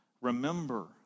Remember